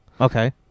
Okay